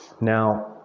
Now